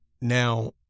Now